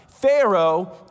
Pharaoh